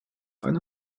eine